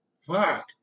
Fuck